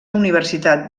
universitat